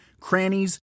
crannies